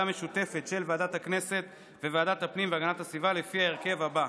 משותפת של ועדת הכנסת וועדת הפנים והגנת הסביבה לפי ההרכב הבא: